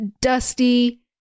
dusty